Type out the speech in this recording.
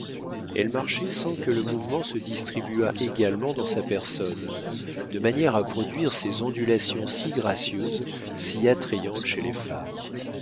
elle marchait sans que le mouvement se distribuât également dans sa personne de manière à produire ces ondulations si gracieuses si attrayantes chez les femmes